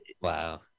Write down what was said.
Wow